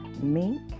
mink